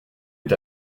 est